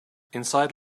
inside